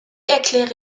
erkläre